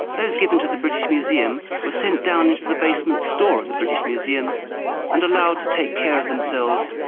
those given to the british museum were sent down into the basement store of the british museum and allowed to take care of themselves,